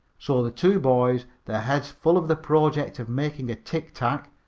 so the two boys, their heads full of the project of making a tic-tac,